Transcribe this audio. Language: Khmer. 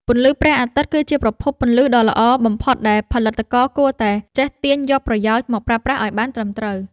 ពន្លឺព្រះអាទិត្យគឺជាប្រភពពន្លឺដ៏ល្អបំផុតដែលផលិតករគួរតែចេះទាញយកប្រយោជន៍មកប្រើប្រាស់ឱ្យបានត្រឹមត្រូវ។